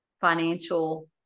financial